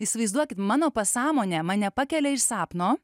įsivaizduokit mano pasąmonė mane pakelia iš sapno